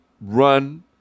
run